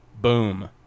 Boom